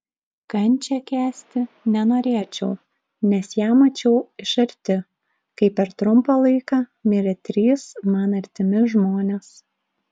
kančią kęsti nenorėčiau nes ją mačiau iš arti kai per trumpą laiką mirė trys man artimi žmonės